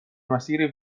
مسیری